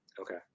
okay